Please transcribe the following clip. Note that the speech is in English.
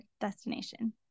destination